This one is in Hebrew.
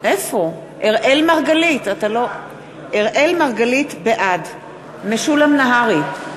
אראל מרגלית, בעד משולם נהרי,